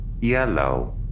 yellow